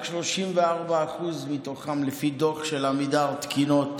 רק 34% מתוכן, לפי דוח של עמידר, תקינות,